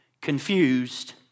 confused